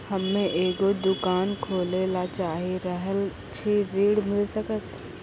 हम्मे एगो दुकान खोले ला चाही रहल छी ऋण मिल सकत?